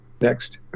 Next